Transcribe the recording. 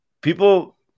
people